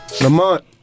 Lamont